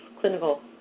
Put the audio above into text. clinical